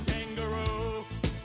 Kangaroo